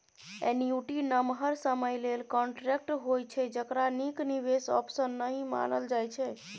annuity नमहर समय लेल कांट्रेक्ट होइ छै जकरा नीक निबेश आप्शन नहि मानल जाइ छै